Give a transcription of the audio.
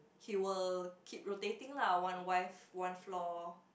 he will keep rotating lah one wife one floor